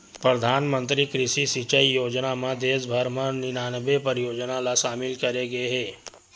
परधानमंतरी कृषि सिंचई योजना म देस भर म निनानबे परियोजना ल सामिल करे गे हे